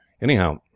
Anyhow